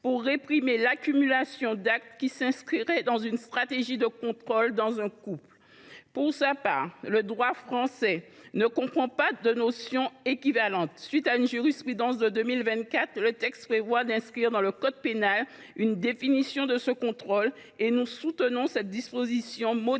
pour réprimer l’accumulation d’actes qui s’inscriraient dans une stratégie de contrôle dans un couple. Pour sa part, le droit français ne comprend pas de notion équivalente. À la suite d’une jurisprudence de 2024, la proposition de loi tend à inscrire dans le code pénal une définition du contrôle coercitif. Nous soutenons cette disposition, modifiée